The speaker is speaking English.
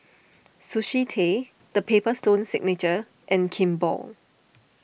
Sushi Tei the Paper Stone Signature and Kimball